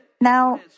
Now